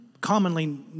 commonly